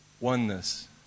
oneness